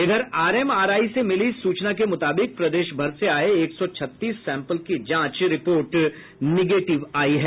इधर आरएमआरआई से मिली सूचना के मुताबिक प्रदेश भर से आये एक सौ छत्तीस सैंपल की जांच रिपोर्ट निगेटिव आयी है